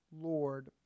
Lord